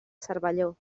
cervelló